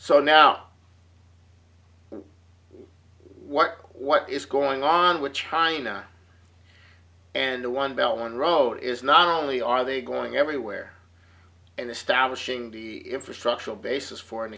so now what what is going on with china and the one bellman road is not only are they going everywhere and establishing the infrastructural basis for an